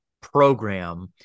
program